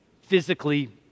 physically